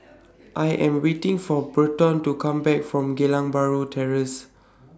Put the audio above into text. I Am waiting For Berton to Come Back from Geylang Bahru Terrace